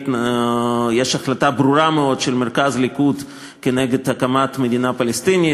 יש החלטה ברורה מאוד של מרכז הליכוד כנגד הקמת מדינה פלסטינית.